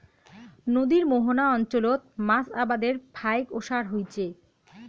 নদীর মোহনা অঞ্চলত মাছ আবাদের ফাইক ওসার হইচে